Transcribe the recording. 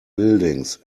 buildings